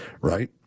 right